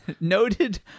noted